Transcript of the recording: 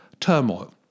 turmoil